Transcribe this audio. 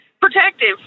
protective